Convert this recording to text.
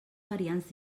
variants